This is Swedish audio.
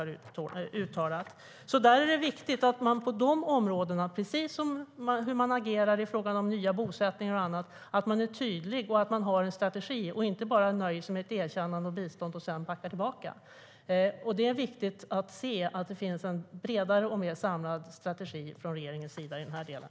Det är alltså viktigt att man på de områdena är tydlig och har en strategi, precis som när man agerar i frågan om nya bosättningar och annat. Man ska inte bara nöja sig med ett erkännande och ett bistånd och sedan backa. Det är viktigt att det finns en bredare och mer samlad strategi från regeringens sida i den delen.